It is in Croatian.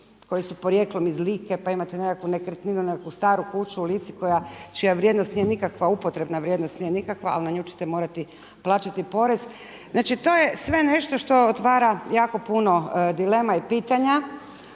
koji su porijeklom iz Like pa imate nekakvu nekretninu, nekakvu staru kuću u Lici čija vrijednost nije nikakva upotrebna vrijednost, nije nikakva, ali na nju ćete morati plaćati porez. Znači, to je sve nešto što otvara jako puno dilema i pitanja